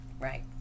Right